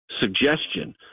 suggestion